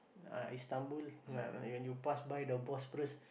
ah Istanbul ah when you pass by the Bosphorus